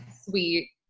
sweet